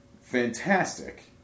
Fantastic